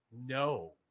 no